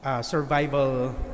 survival